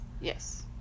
Yes